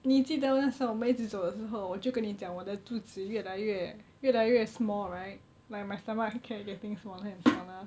你记得我们那时候我一直走的时候我就跟你讲我的肚子越来越越来越 small right my my stomach kept getting smaller and smaller